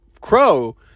Crow